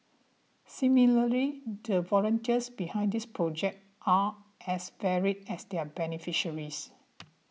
similarly the volunteers behind this project are as varied as their beneficiaries